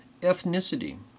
ethnicity